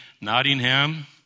Nottingham